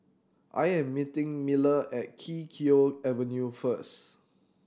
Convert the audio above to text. I am meeting Miller at Kee Choe Avenue first